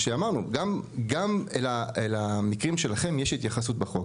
שאמרנו שגם למקרים שלכם יש התייחסות בחוק,